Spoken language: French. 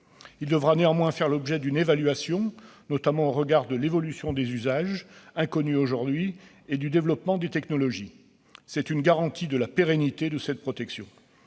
devra néanmoins faire l'objet d'une évaluation, notamment au regard de l'évolution des usages, inconnus aujourd'hui, et du développement des technologies. C'est une garantie de la pérennité de cette protection.